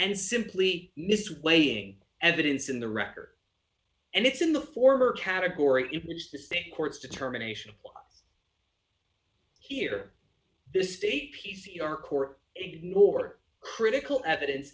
and simply mis weighing evidence in the record and it's in the former category it's the state courts determination here this state p c r court ignore critical evidence